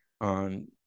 on